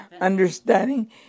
understanding